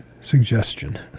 suggestion